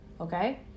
okay